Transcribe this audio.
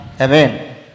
Amen